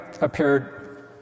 appeared